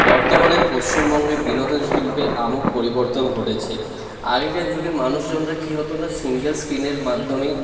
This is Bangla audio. বর্তমানে পশ্চিমবঙ্গে বিনোদন শিল্পে পরিবর্তন ঘটেছে আগেকার যুগে মানুষজনরা কী হতো না সিঙ্গল স্ক্রিনের মাধ্যমেই